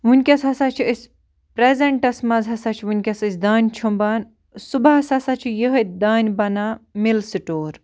وٕنۍکٮ۪س ہسا چھِ أسۍ پرٛزَٮ۪نٛٹَس منٛز ہسا چھِ وٕنۍکٮ۪س أسۍ دانہِ چھۄمبان صُبحَس ہسا چھِ یِہوٚے دانہِ بنان مِل سِٹور